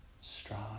strive